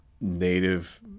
Native